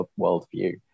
worldview